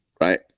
right